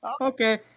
Okay